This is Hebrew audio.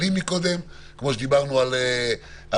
כמו שדיברנו על החללים מקודם,